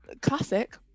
classic